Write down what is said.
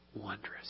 wondrous